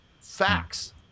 facts